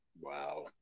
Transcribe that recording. Wow